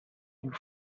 you